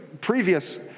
previous